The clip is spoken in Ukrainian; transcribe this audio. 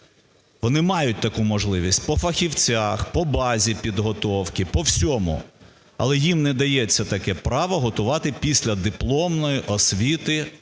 Вони мають таку можливість по фахівцях, по базі підготовки, по всьому, але їм не дається таке право готувати післядипломної освіти